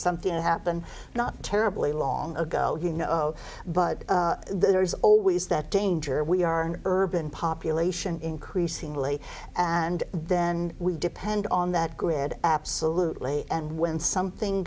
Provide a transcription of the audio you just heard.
something happened not terribly long ago you know but there's always that danger we are urban population increasingly and then we depend on that grid absolutely and when something